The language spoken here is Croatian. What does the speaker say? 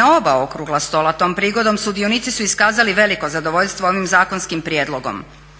Na oba okrugla stola tom prigodom sudionici su iskazali veliko zadovoljstvo ovim zakonskim prijedlogom.